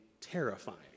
terrifying